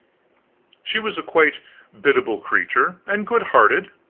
she was a quite biddable creature and good-hearted,